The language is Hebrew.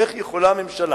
איך יכולה ממשלה,